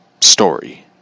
story